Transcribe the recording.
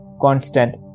constant